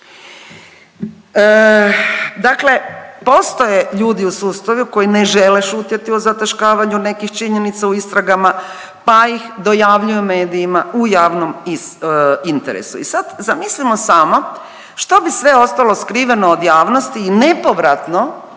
Dakle postoje ljudi u sustavu koji ne žele šutjeti o zataškavanju nekih činjenica u istragama pa ih dojavljuju medijima u javnom interesu. I sad zamislimo samo što bih sve ostalo skriveno od javnosti i nepovratno,